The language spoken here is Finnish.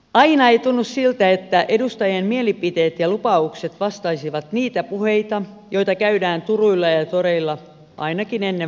aina ei tunnu siltä että edustajien mielipiteet ja lupaukset vastaisivat niitä puheita joita käydään turuilla ja toreilla ainakin ennen vaaleja